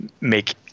make